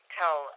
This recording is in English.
tell